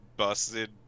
busted